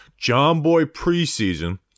JOHNBOYPRESEASON